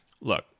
look